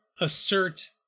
assert